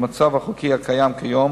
במצב החוקי הקיים היום